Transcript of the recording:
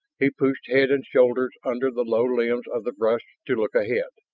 he pushed head and shoulders under the low limbs of the bush to look ahead.